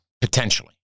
potentially